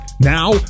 Now